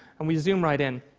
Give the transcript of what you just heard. and we zoom right in.